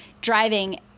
driving